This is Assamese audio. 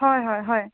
হয় হয় হয়